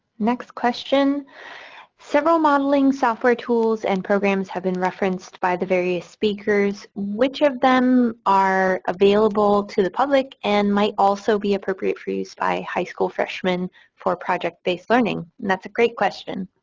next question several modeling software tools and programs have been referenced by the various speakers. which of them are available to the public and might also be appropriate for use by high school freshmen for project-based learning? and that's a great question.